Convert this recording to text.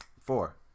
Four